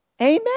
Amen